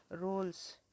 roles